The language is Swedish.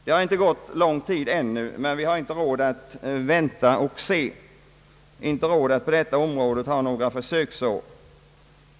Det har inte gått lång tid ännu, men vi har inte råd att vänta och se, inte råd att på detta område ha några försöksår.